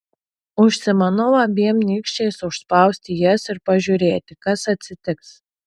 užsimanau abiem nykščiais užspausti jas ir pažiūrėti kas atsitiks